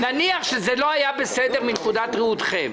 נניח שזה לא היה בסדר מנקודת ראותכם,